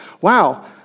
wow